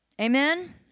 Amen